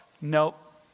nope